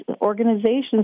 organizations